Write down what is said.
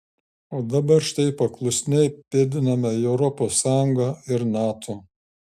o dabar štai paklusniai pėdiname į europos sąjungą ir nato